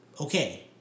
okay